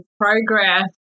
progress